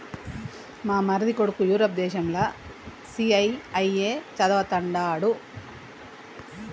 మా మరిది కొడుకు యూరప్ దేశంల సీఐఐఏ చదవతండాడు